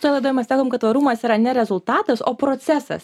šitoj laidoj mes sakom kad tvarumas yra ne rezultatas o procesas